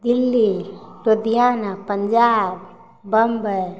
Delhi Ludhiana Punjab Bombay